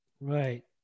Right